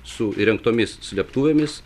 su įrengtomis slėptuvėmis